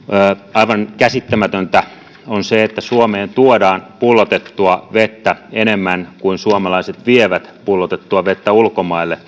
aivan käsittämätöntä on se että suomeen tuodaan pullotettua vettä enemmän kuin suomalaiset vievät pullotettua vettä ulkomaille